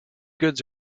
goods